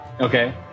Okay